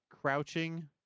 crouching